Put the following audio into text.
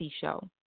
show